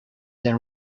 then